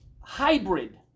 hybrid